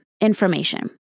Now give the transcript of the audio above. information